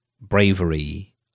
bravery